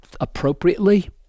appropriately